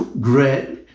great